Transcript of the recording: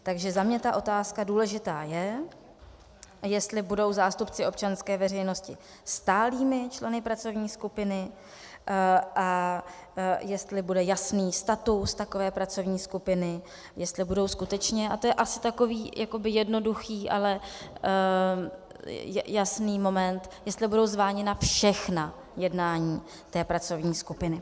Takže za mě ta otázka důležitá je, jestli budou zástupci občanské veřejnosti stálými členy pracovní skupiny a jestli bude jasný status takové pracovní skupiny, jestli budou skutečně a to je asi takový jakoby jednoduchý, ale jasný moment jestli budou zváni na všechna jednání té pracovní skupiny.